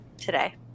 today